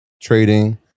trading